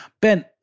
Ben